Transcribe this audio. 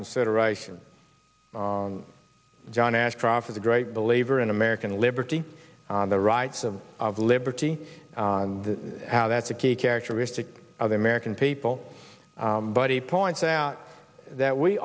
consideration john ashcroft is a great believer in american liberty the rights of liberty and the how that's a key characteristic of the american people but he points out that we